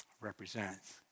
represents